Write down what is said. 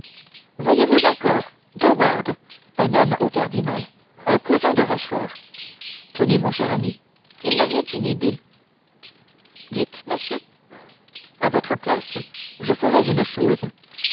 voyez-vous encore de wardes un homme au cardinal un cousin de rochefort tenez mon cher ami il me vient une idée dites monsieur à votre place je ferais une chose